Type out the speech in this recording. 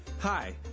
Hi